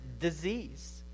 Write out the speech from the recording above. disease